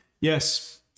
Yes